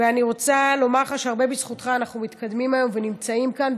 ואני רוצה לומר לך שהרבה בזכותך אנחנו מתקדמים היום ונמצאים כאן,